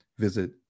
visit